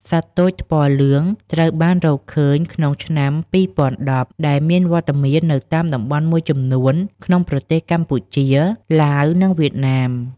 សត្វទោចថ្ពាល់លឿងត្រូវបានរកឃើញក្នុងឆ្នាំ២០១០ ដែលមានវត្តមាននៅតាមតំបន់មួយចំនួនក្នុងប្រទេសកម្ពុជា ឡាវ និងវៀតណាម។